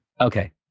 Okay